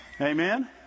Amen